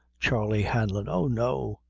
charley hanlon! oh, no!